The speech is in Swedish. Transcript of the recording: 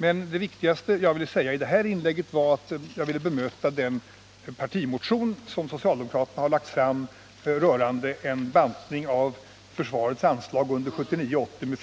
Men i det här inlägget ville jag framför allt bemöta den partimotion som socialdemokraterna lagt fram rörande en bantning av försvarets anslag under 1979/80 med